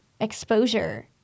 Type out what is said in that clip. exposure